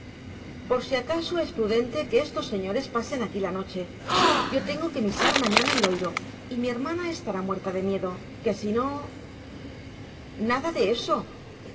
por si acaso es prudente que estos señores pasen aquí la noche yo tengo que misar mañana en loiro y mi hermana estará muerta de miedo que si no nada de